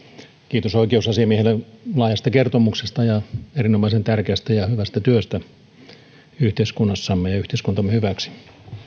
kiitos oikeusasiamiehelle laajasta kertomuksesta ja erinomaisen tärkeästä ja hyvästä työstä yhteiskunnassamme ja yhteiskuntamme hyväksi